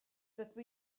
dydw